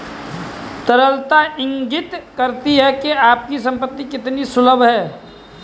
तरलता इंगित करती है कि आपकी संपत्ति कितनी सुलभ है